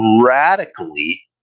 radically